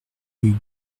rue